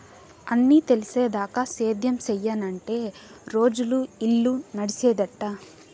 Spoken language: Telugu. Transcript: అన్నీ తెలిసేదాకా సేద్యం సెయ్యనంటే రోజులు, ఇల్లు నడిసేదెట్టా